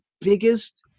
biggest